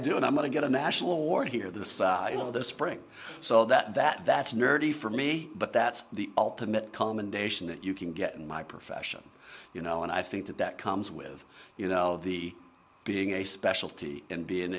do and i'm going to get a national award here the side of the spring so that that that's nerdy for me but that's the ultimate commendation that you can get in my profession you know and i think that that comes with you know the being a specialty